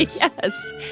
Yes